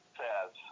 says